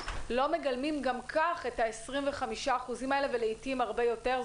לא מגלמים גם כך את ה-25% האלה ולעתים הרבה יותר?